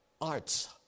arts